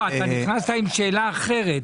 נכנסת עם שאלה אחרת.